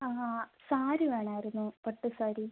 ആ ആ ആ സാരി വേണമായിരുന്നു പട്ട് സാരി